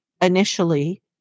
initially